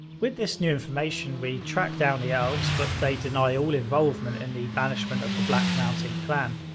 with this new information, we track down the elves but they deny all involvement in the banishment of the black mountain clan.